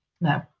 No